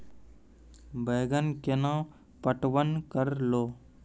बैंगन केना पटवन करऽ लो?